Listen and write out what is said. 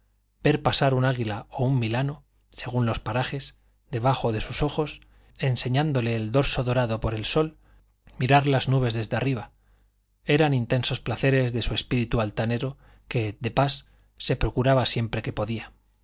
ver pasar un águila o un milano según los parajes debajo de sus ojos enseñándole el dorso dorado por el sol mirar las nubes desde arriba eran intensos placeres de su espíritu altanero que de pas se procuraba siempre que podía